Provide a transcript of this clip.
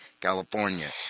California